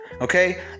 okay